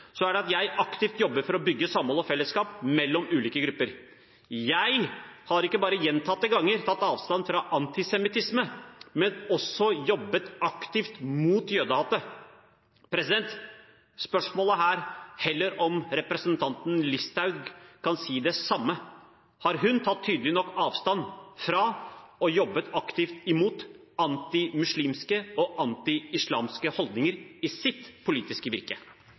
så er det at jeg aktivt jobber for å bygge samhold og fellesskap mellom ulike grupper. Jeg har ikke bare gjentatte ganger tatt avstand fra antisemittisme, men også jobbet aktivt mot jødehatet. Spørsmålet er heller om representanten Listhaug kan si det samme. Har hun tatt tydelig nok avstand fra og jobbet aktivt imot antimuslimske og antiislamske holdninger i sitt politiske virke?